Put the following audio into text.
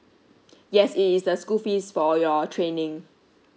yes it is the school fees for your training